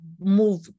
move